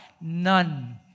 None